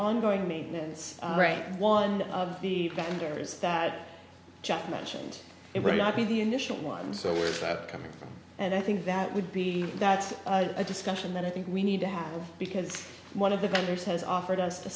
ongoing maintenance right one of the vendors that just mentioned it really got me the initial one so where's that coming from and i think that would be that's a discussion that i think we need to have because one of the vendors has offered us